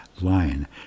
line